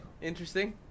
Interesting